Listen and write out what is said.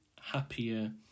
happier